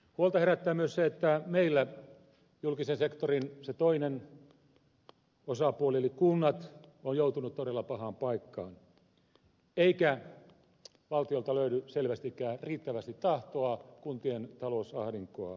huolta herättää myös se että meillä se julkisen sektorin toinen osapuoli eli kunnat on joutunut todella pahaan paikkaan eikä valtiolta löydy selvästikään riittävästi tahtoa kuntien talousahdinkoa helpottaa